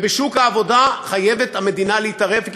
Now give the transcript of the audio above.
ובשוק העבודה המדינה חייבת להתערב,